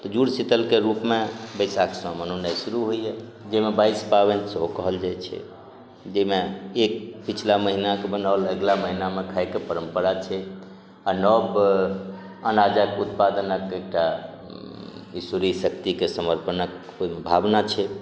तऽ जुड़शीतलके रूपमे बैशाखसँ मनौनाइ शुरू होइए जैमे बाइस पाबैन सेहो कहल जाइ छै जैमे एक पछिला महिनाके बनाओल अगिला महीनामे खाइके परम्परा छै आओर नव अनाजक उत्पादनक एकटा ईश्वरीय शक्तिकेँ समर्पणक ओइमे भावना छै